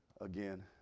again